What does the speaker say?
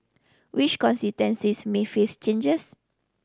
which may face changes